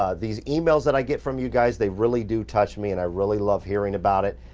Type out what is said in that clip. ah these emails that i get from you guys, they really do touch me and i really love hearing about it.